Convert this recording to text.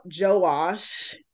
Joash